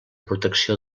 protecció